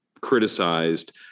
criticized